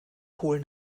holen